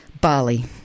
Bali